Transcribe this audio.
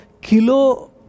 Kilo